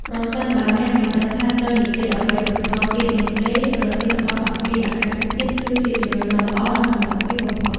ប្រសិនបើអ្នកមិនដឹងថាត្រូវនិយាយអ្វីបន្តទៀតនោះទេ ប្រធានបទអំពីអាកាសធាតុគឺជាជម្រើសដ៏ល្អនិងសុវត្ថិភាពបំផុត។